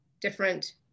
different